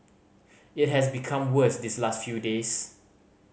it has become worse these last few days